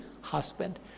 husband